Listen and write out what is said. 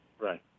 Right